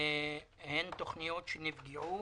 הן תוכניות שנפגעו